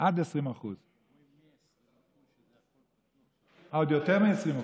עד 20%. עד 20%?